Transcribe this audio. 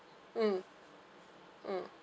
mm mm